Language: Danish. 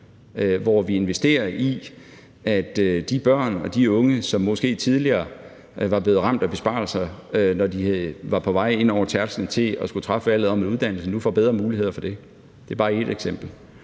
hvor vi investerer i, at de børn og de unge, som måske tidligere var blevet ramt af besparelser, når de var på vej ind over tærsklen til at skulle træffe valg om uddannelse, nu får bedre muligheder for det. Det er bare et eksempel.